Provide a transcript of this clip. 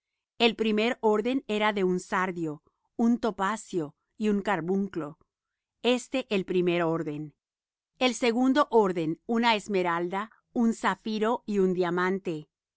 el primer orden era un sardio un topacio y un carbunclo este el primer orden el segundo orden una esmeralda un zafiro y un diamante